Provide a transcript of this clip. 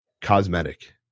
cosmetic